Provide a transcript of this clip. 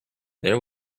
there